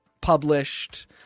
published